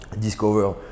discover